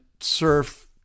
surf